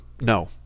no